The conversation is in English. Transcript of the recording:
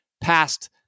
past